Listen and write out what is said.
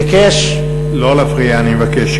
ביקש, לא להפריע, אני מבקש.